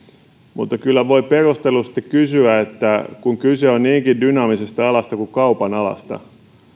mutta kyllä voi perustellusti kysyä että kun kyse on niinkin dynaamisesta alasta kuin kaupan alasta niin